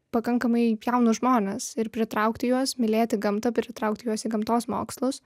pakankamai jaunus žmones ir pritraukti juos mylėti gamtą pritraukti juos į gamtos mokslus